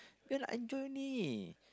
then I don't need